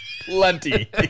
Plenty